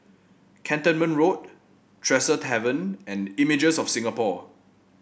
Cantonment Road Tresor Tavern and Images of Singapore